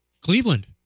Cleveland